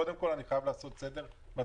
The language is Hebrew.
קודם כול, אני חייב לעשות סדר בדברים.